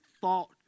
thought